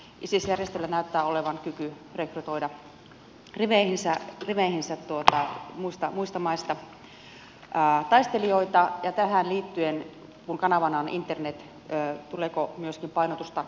isis järjestöllä näyttää olevan kyky rekrytoida riveihinsä muista maista taistelijoita ja tähän liittyen kun kanavana on internet tuleeko myöskin painotusta sinne puolelle